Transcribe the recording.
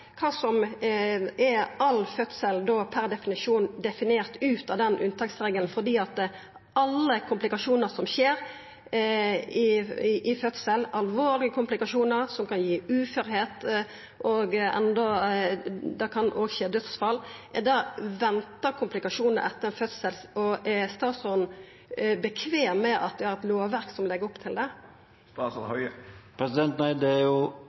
Er all fødsel definert ut av den unntaksregelen fordi alle komplikasjonar som skjer ved fødsel, alvorlege komplikasjonar som kan gje uførleik – det kan òg skje dødsfall – er venta komplikasjonar etter ein fødsel? Er statsråden tilfreds med at vi har eit lovverk som legg opp til det? Nei, det er jo det som blir vurdert i hvert enkelt tilfelle. Derfor er